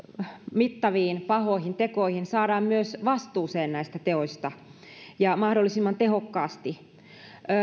mittaviin pahoihin tekoihin saadaan myös vastuuseen näistä teoista ja mahdollisimman tehokkaasti